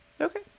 Okay